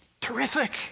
Terrific